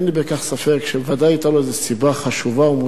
סיבה חשובה ומוצדקת שהוא לא הופיע כאן.